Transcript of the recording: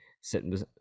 sitting